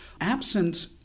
Absent